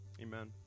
amen